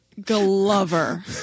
Glover